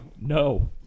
No